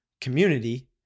community